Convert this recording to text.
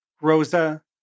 Rosa